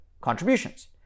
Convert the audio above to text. contributions